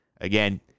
again